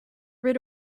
rid